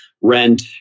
Rent